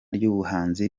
ry’ubuhanzi